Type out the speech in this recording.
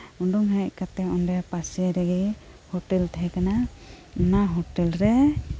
ᱩᱰᱩᱝ ᱦᱮᱡᱠᱟᱛᱮᱜ ᱚᱸᱰᱮ ᱯᱟᱥᱮ ᱨᱮᱜᱮ ᱦᱳᱴᱮᱞ ᱛᱟᱦᱮᱸ ᱠᱟᱱᱟ ᱚᱱᱟ ᱦᱳᱴᱮᱞ ᱨᱮ